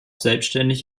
selbständig